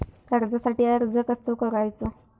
कर्जासाठी अर्ज कसो करायचो?